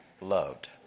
Loved